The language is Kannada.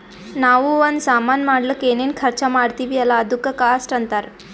ನಾವೂ ಒಂದ್ ಸಾಮಾನ್ ಮಾಡ್ಲಕ್ ಏನೇನ್ ಖರ್ಚಾ ಮಾಡ್ತಿವಿ ಅಲ್ಲ ಅದುಕ್ಕ ಕಾಸ್ಟ್ ಅಂತಾರ್